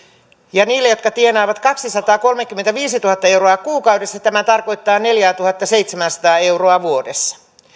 ja niille jotka tienaavat kaksisataakolmekymmentäviisituhatta euroa vuodessa tarkoittaa neljäätuhattaseitsemääsataa euroa vuodessa